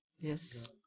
Yes